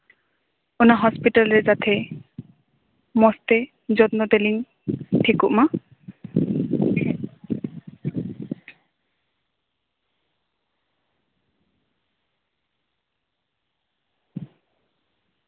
ᱚᱱᱟ ᱦᱚᱥᱯᱤᱴᱟᱞ ᱨᱮ ᱡᱟᱛᱮ ᱢᱚᱡᱽᱛᱮ ᱡᱚᱱᱢᱚ ᱛᱟᱞᱤᱧ ᱴᱷᱤᱠᱚᱜ ᱢᱟ